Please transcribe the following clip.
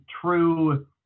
true